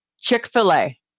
Chick-fil-a